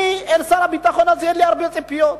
אני משר הביטחון הזה אין לי הרבה ציפיות.